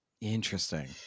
Interesting